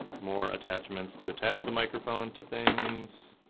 more attachments to attach the microphone to things.